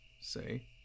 say